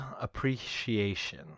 appreciation